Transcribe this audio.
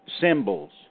symbols